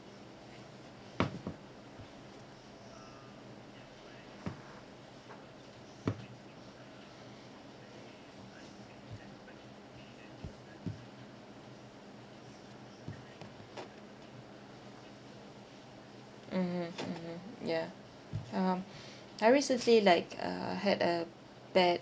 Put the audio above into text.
mmhmm mmhmm yeah um I recently like uh had a bad